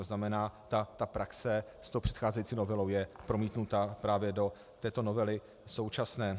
To znamená, praxe s tou předcházející novelou je promítnuta právě do této novely současné.